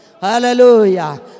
Hallelujah